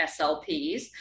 SLPs